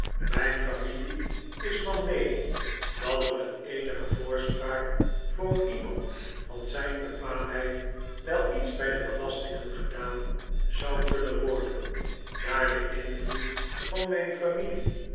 mijn familie is van meening dat er met eenige voorspraak voor iemand van zijn bekwaamheid wel iets bij de belastingen gedaan zou kunnen worderi daar de invloed van mijn familie